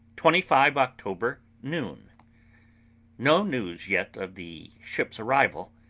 twenty five october, noon no news yet of the ship's arrival.